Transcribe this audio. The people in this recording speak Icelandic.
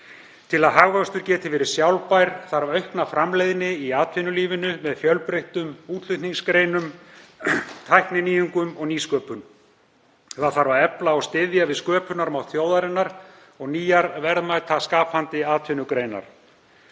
Til að hagvöxtur geti verið sjálfbær þarf aukna framleiðni í atvinnulífinu með fjölbreyttum útflutningsgreinum, tækninýjungum og nýsköpun. Það þarf að efla og styðja við sköpunarmátt þjóðarinnar og nýjar verðmætaskapandi atvinnugreinar,